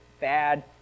bad